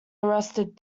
arrested